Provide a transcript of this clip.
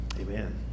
Amen